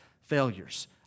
failures